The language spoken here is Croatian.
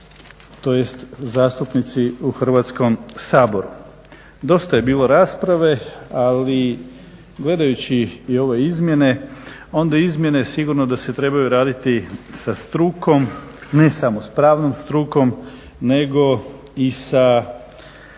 tj. zastupnici u Hrvatskom saboru. Dosta je bilo rasprave, ali gledajući i ove izmjene onda izmjene sigurno da se trebaju raditi sa strukom, ne samo s pravnom strukom nego i sa ljudima